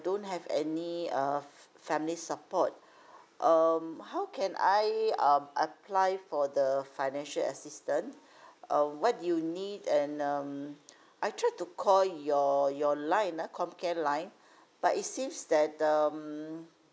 don't have any uh family support um how can I um apply for the financial assistant um what do you need and um I tried to call your your line ah comcare line but it seems that um